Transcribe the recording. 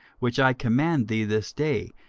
which i command thee this day,